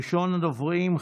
ראשון הדוברים,